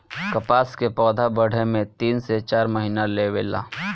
कपास के पौधा बढ़े में तीन से चार महीना लेवे ला